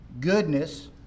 goodness